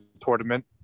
tournament